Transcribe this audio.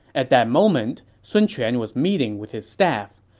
at that moment, sun quan was meeting with his staff.